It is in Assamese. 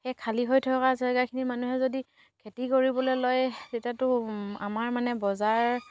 সেই খালী হৈ থকা জেগাখিনি মানুহে যদি খেতি কৰিবলৈ লয় তেতিয়াতো আমাৰ মানে বজাৰ